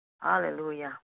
Hallelujah